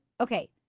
Okay